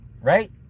Right